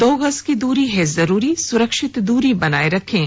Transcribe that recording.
दो गज की दूरी है जरूरी सुरक्षित दूरी बनाए रखें